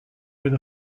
with